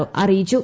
O അറിയിച്ചു